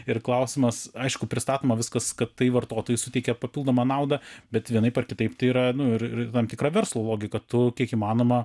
ir klausimas aišku pristatoma viskas kad tai vartotojui suteikia papildomą naudą bet vienaip ar kitaip tai yra nu ir tam tikra verslo logika to kiek įmanoma